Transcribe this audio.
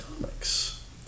Comics